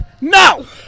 No